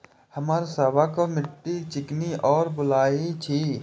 हमर सबक मिट्टी चिकनी और बलुयाही छी?